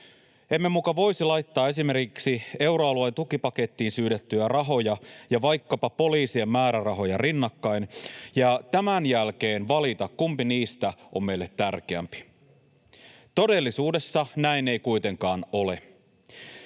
Emme muka voisi laittaa esimerkiksi euroalueen tukipakettiin syydettyjä rahoja ja vaikkapa poliisien määrärahoja rinnakkain ja tämän jälkeen valita, kumpi niistä on meille tärkeämpi. Todellisuudessa näin ei kuitenkaan ole.